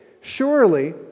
Surely